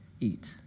eat